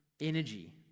energy